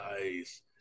Nice